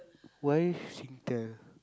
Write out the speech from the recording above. why Singtel